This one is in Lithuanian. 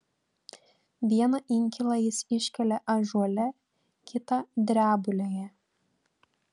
vieną inkilą jis iškelia ąžuole kitą drebulėje